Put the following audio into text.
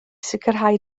sicrhau